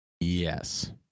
Yes